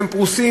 שהם פרוסים,